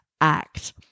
act